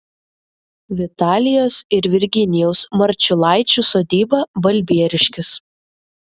vitalijos ir virginijaus marčiulaičių sodyba balbieriškis